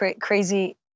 Crazy